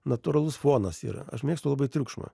natūralus fonas yra aš mėgstu labai triukšmą